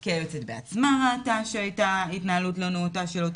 כי היועצת בעצמה ראתה שהיתה התנהלות לא נאותה של אותו